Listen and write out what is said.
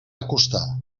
acostar